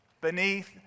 beneath